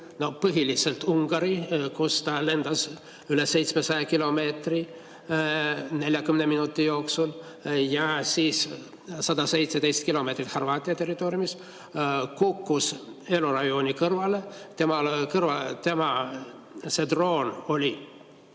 Põhiliselt Ungari, kus ta lendas üle 700 kilomeetri 40 minuti jooksul, ja siis 117 kilomeetrit Horvaatia territooriumil, kus kukkus elurajooni kõrvale. Sellel droonil oli